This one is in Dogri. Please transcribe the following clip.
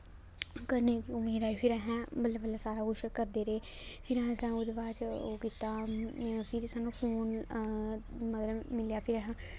कन्नै ओह् मेरा फिर हे बल्ले बल्ले सारा कुछ करदे रेह् फिर असें ओह्दे बाद च ओह् कीता फिरी सानूं फोन मतलब मिलेआ फिर अस